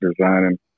designing